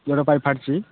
ଯେଉଁଟା ପାଇପ୍ ଫାଟିଛି